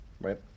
right